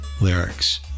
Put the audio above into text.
lyrics